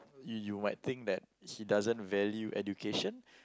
you you might think that he doesn't value education